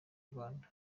rwanda